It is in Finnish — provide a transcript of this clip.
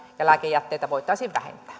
ja lääkejätteitä voitaisiin